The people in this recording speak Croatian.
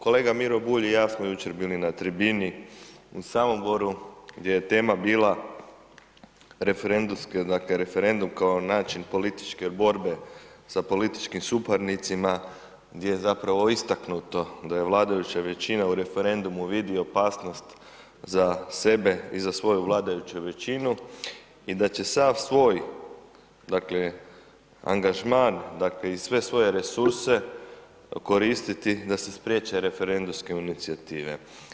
Kolega Miro Bulj i ja smo jučer bili na tribini u Samoboru, gdje je tema bila referendumski, dakle, referendum kao način političke borbe sa političkim suparnicima gdje je zapravo istaknuto da je vladajuća većina u referendumu vidi opasnost za sebe i za svoju vladajuću većinu i da će sav svoj, dakle, angažman, dakle, i sve svoje resurse koristiti da se spriječe referendumske inicijative.